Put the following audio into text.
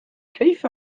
كيف